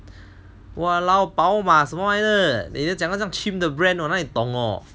!walao! 宝马什么来的你都讲了这么 cheem 的 brand 我哪里懂哦